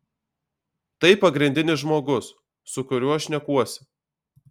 tai pagrindinis žmogus su kuriuo šnekuosi